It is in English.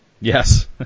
Yes